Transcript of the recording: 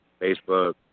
Facebook